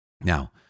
Now